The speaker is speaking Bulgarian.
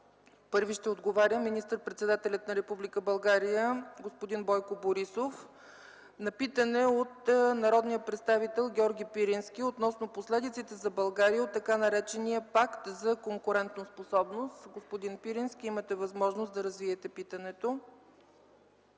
Първи ще отговаря министър-председателят на Република България господин Бойко Борисов на питане от народния представител Георги Пирински относно последиците за България от така наречения Пакт за конкурентоспособност. Господин Пирински, имате възможност да развиете питането.